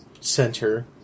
center